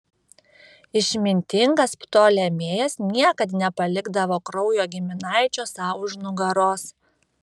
išmintingas ptolemėjas niekad nepalikdavo kraujo giminaičio sau už nugaros